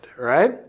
right